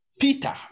Peter